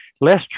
Less